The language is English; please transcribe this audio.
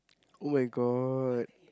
[oh]-my-god